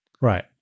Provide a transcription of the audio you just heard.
Right